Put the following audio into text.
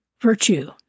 virtue